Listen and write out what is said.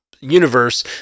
universe